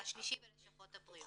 והשלישי בלשכות הבריאות.